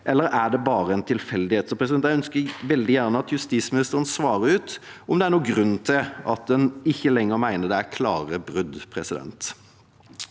eller er det bare en tilfeldighet? Jeg ønsker veldig gjerne at justisministeren svarer ut om det er en grunn til at en ikke lenger mener at det er «klare» brudd.